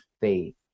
faith